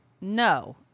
no